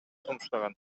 сунуштаган